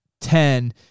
ten